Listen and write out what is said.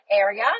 area